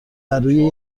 برروی